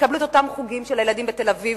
יקבלו את אותם חוגים שמקבלים הילדים בתל-אביב,